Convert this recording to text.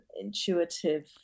intuitive